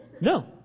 No